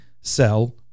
sell